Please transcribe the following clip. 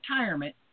retirement